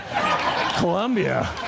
Columbia